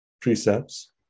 precepts